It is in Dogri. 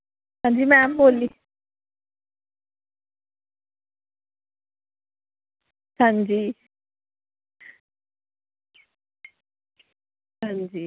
हां जी मैम बोलनी हां जी हां जी